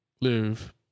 live